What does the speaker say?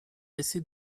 passé